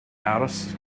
aros